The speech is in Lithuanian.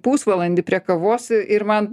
pusvalandį prie kavos ir man